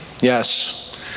Yes